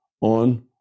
on